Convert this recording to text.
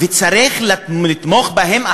וצריך לתמוך בהם,